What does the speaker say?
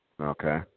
Okay